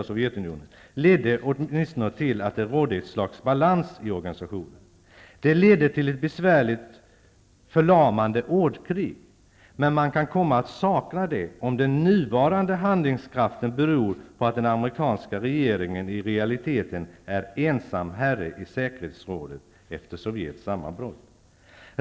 Sovjetunionen ledde åtminstone till att det rådde ett slags balans i organisationen. Det ledde till ett besvärligt förlamande ordkrig. Men man kan komma att sakna det, om den nuvarande handlingskraften beror på att den amerikanska regeringen i realiteten är ensam herre i säkerhetsrådet efter Sovjets sammanbrott.